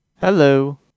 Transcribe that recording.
Hello